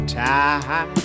time